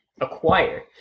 acquire